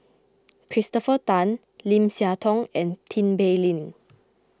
Christopher Tan Lim Siah Tong and Tin Pei Ling